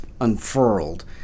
unfurled